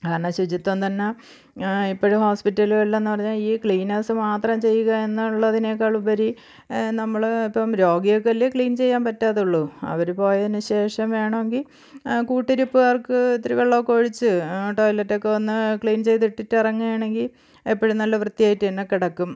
കാരണം ശുചിത്വം തന്നെ ഇപ്പോഴും ഹോസ്പിറ്റലുകളിലെന്ന് പറഞ്ഞാൽ ഈ ക്ലീനേഴ്സ് മാത്രം ചെയ്യുക എന്തിന്നുള്ളതിനേക്കാൾ ഉപരി നമ്മൾ ഇപ്പം രോഗികൾക്ക് അല്ലേ ക്ലീൻ ചെയ്യാൻ പറ്റാതെയുള്ളൂ അവർ പോയതിനു ശേഷം വേണമെങ്കിൽ കൂട്ടിരിപ്പുകാർക്ക് ഇത്തിരി വെള്ളമൊക്കെ ഒഴിച്ച് ആ ടോയ്ലറ്റൊക്കെ ഒന്ന് ക്ലീൻ ചെയ്തിട്ടിട്ട് ഇറങ്ങുകയാണെങ്കിൽ എപ്പോഴും നല്ല വൃത്തിയായിട്ട് തന്നെ കിടക്കും